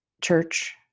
church